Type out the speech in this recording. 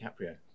DiCaprio